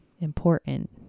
important